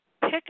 pick